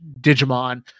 Digimon